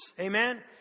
Amen